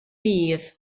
bydd